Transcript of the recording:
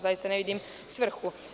Zaista ne vidim svrhu.